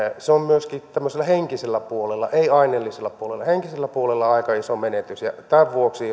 myöskin tämmöisellä henkisellä puolella ei aineellisella puolella aika iso menetys tämän vuoksi